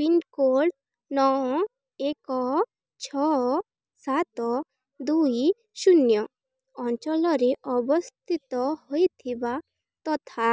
pincode ନଅ ଏକ ଛଅ ସାତ ଦୁଇ ଶୂନ୍ୟ ଅଞ୍ଚଳରେ ଅବସ୍ଥିତ ହୋଇଥିବା ତଥା